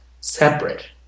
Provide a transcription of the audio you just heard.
separate